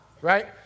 right